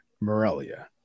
morelia